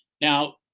Now